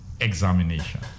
examination